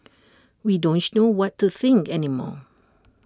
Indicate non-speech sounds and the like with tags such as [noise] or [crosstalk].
we don't [unintelligible] know what to think any more